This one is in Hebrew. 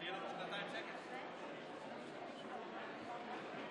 להלן התוצאות: 53 נגד, 59 בעד.